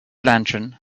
lantern